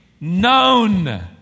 known